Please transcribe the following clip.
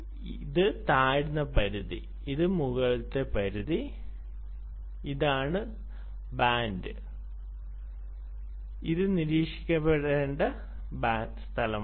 നിങ്ങൾ പറയുന്നു ഇത് താഴ്ന്ന പരിധി ഇത് മുകളിലെ പരിധി ഇത് നിരീക്ഷിക്കേണ്ട സ്ഥലമാണ്